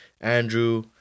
Andrew